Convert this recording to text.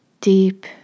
deep